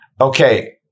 okay